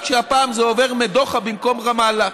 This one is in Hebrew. רק שהפעם זה עובר מדוחא במקום רמאללה.